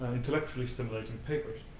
intellectually stimulating papers.